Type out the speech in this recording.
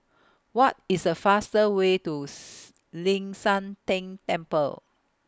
What IS The faster Way to Ling San Teng Temple